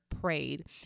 prayed